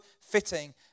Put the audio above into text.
fitting